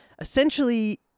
Essentially